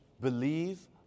Believe